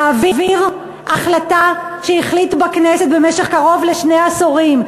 להעביר החלטה שהחליטו בכנסת במשך קרוב לשני עשורים,